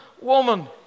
woman